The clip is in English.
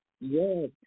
yes